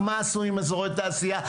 מה עשו עם אזורי תעשייה?